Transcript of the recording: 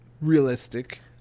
realistic